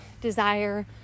desire